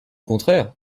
contraire